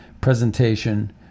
presentation